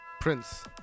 Prince